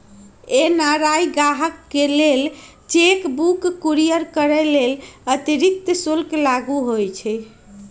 NRI गाहकके लेल cheque book courier करय लेल अतिरिक्त शुल्क लागू होइ छइ